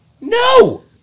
No